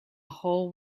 whole